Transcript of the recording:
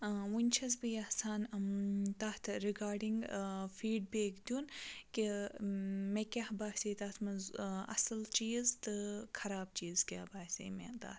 وٕنہِ چھَس بہٕ یَژھان تَتھ رِگاڈِنٛگ فیٖڈ بیک دیُن کہِ مےٚ کیاہ باسے تَتھ منٛز اَصٕل چیٖز تہٕ خراب چیٖز کیاہ باسے مےٚ تَتھ